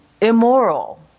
immoral